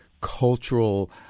cultural